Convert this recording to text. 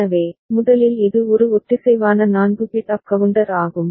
எனவே முதலில் இது ஒரு ஒத்திசைவான 4 பிட் அப் கவுண்டர் ஆகும்